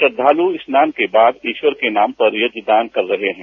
श्रद्धालू स्नान के बाद ईश्वर के नाम पर यज्ञ दान कर रहे हैं